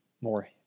more